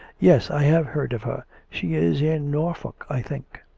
yes i have heard of her. she is in norfolk, i think.